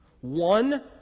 One